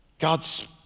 God's